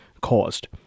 caused